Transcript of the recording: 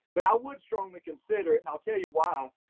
but i would strongly consider it, and i'll tell you why.